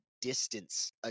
distance